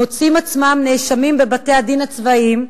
מוצאים את עצמם נאשמים בבתי-הדין הצבאיים.